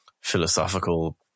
philosophical